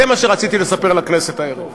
זה מה שרציתי לספר לכנסת הערב.